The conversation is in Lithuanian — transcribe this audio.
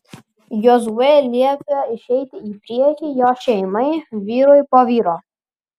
jozuė liepė išeiti į priekį jo šeimai vyrui po vyro